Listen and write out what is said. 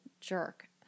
jerk